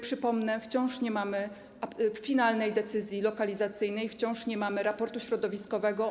Przypomnę, że wciąż nie mamy finalnej decyzji lokalizacyjnej, wciąż nie mamy raportu środowiskowego.